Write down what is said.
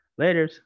Laters